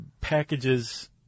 packages